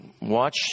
watch